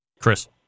Chris